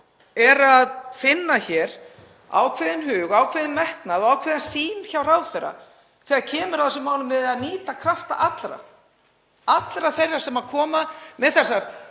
er að finna hér ákveðinn hug, ákveðinn metnað og ákveðna sýn hjá ráðherra þegar kemur að þessum málum um að nýta krafta allra, allra þeirra sem koma með þessar